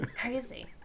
crazy